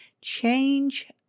Change